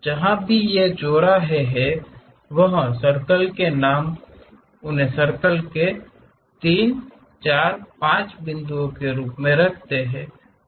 अब जहां भी ये चौराहे हैं वह सर्कल के नाम उन्हें सर्कल के 3 4 5 बिंदुओं के रूप में रखते हैं